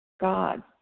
God